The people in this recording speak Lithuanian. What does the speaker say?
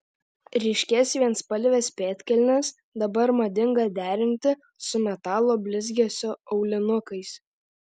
ryškias vienspalves pėdkelnes dabar madinga derinti su metalo blizgesio aulinukais